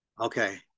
Okay